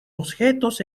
objetos